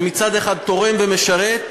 שמצד אחד תורם ומשרת,